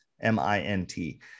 M-I-N-T